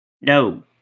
No